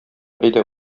әйдә